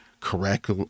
correct